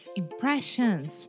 impressions